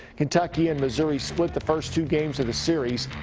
kentucky and missouri split the first two games of the series.